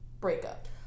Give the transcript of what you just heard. breakup